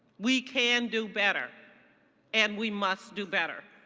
we can do better and we must do better.